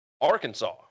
Arkansas